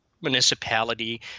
municipality